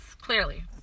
Clearly